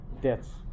debt's